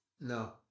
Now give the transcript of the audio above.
No